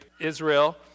Israel